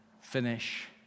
finish